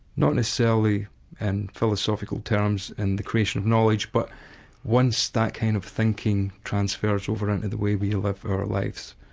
not necessarily in and philosophical terms, in the creation of knowledge, but once that kind of thinking transfers over into the way we live our lives.